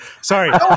Sorry